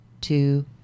two